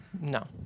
No